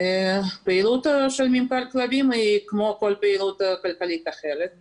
הפעילות של ממכר כלבים היא כמו כל פעילות כלכלית אחרת,